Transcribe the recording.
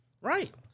Right